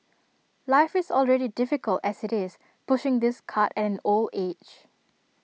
life is already difficult as IT is pushing this cart an old age